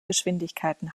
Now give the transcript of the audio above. geschwindigkeiten